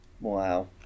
Wow